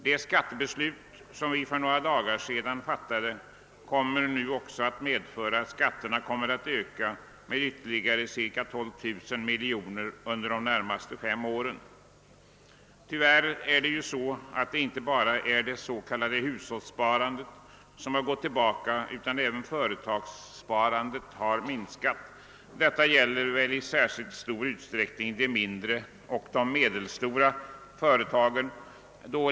Det skattebeslut som vi för några dagar sedan fattade kommer också att medföra att skatterna kommer att öka med ytterligare ca 12 000 miljoner under de närmaste fem åren. Tyvärr har inte bara det s.k. hushållssparandet gått tillbaka :utan även företagssparandet. Detta gäller i särskilt stor utsträckning de mindre och medelstora företagen.